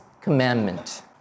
commandment